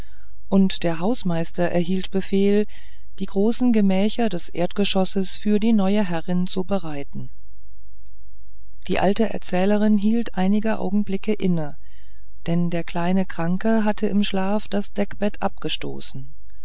und der hausmeister erhielt befehl die großen gemächer des erdgeschosses für die neue herrin zu bereiten die alte erzählerin hielt einige augenblicke inne denn der kleine kranke hatte im schlaf das deckbett abgestoßen